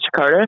Jakarta